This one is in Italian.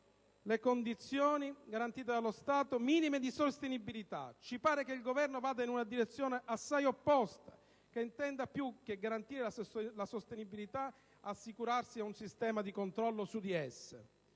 le condizioni garantite dallo Stato minime di sostenibilità. Ci pare che il Governo vada in una direzione assai opposta, che intenda più che garantirne la sostenibilità assicurarsi un sistema di controllo su di esse.